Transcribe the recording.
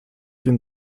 den